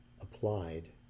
applied